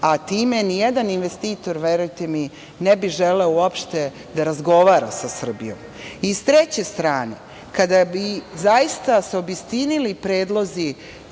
a time nijedan investitor, verujte mi, ne bi želeo uopšte da razgovara sa Srbijom.I s treće strane, kada bi zaista se obistinili predlozi